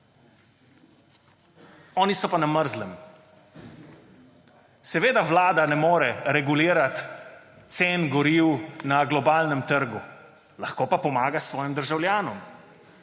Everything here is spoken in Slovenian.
oni so pa na mrzlem. Seveda Vlada ne more regulirati cen goriv na globalnem trgu, lahko pa pomaga svojim državljanom.